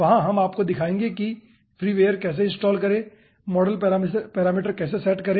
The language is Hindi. वहां हम आपको दिखाएंगे कि फ्रीवेयर कैसे इनस्टॉल करें मॉडल पैरामीटर कैसे सेट करें